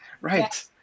Right